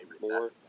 more